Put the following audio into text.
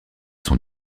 sont